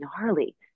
gnarly